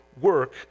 work